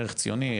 ערך ציוני,